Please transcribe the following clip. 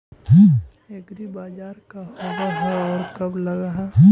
एग्रीबाजार का होब हइ और कब लग है?